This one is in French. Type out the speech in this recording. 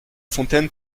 fontaine